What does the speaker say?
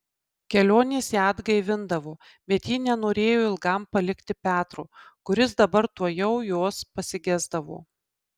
kelionės ją atgaivindavo bet ji nenorėjo ilgam palikti petro kuris dabar tuojau jos pasigesdavo